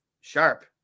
Sharp